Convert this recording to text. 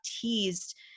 teased